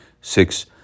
Six